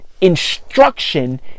instruction